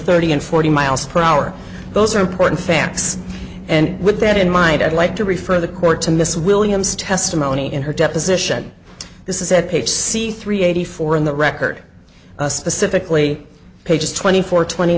thirty and forty miles per hour those are important facts and with that in mind i'd like to refer the court to miss williams testimony in her deposition this is at page c three eighty four in the record specifically pages twenty four twenty